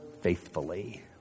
faithfully